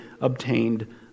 obtained